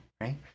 right